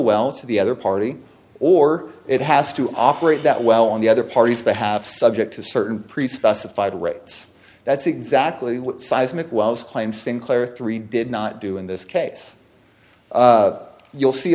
well to the other party or it has to operate that well on the other party's behalf subject to certain pre specified rates that's exactly what seismic wells claimed sinclair three did not do in this case you'll see